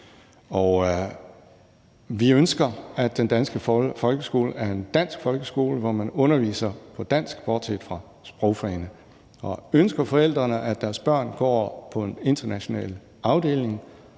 Vi ønsker, at den danske folkeskole er en dansk folkeskole, hvor man underviser på dansk bortset fra i sprogfagene – og ønsker forældrene, at deres børn går på en international afdeling,